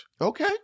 Okay